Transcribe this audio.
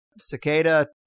Cicada